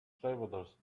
travelers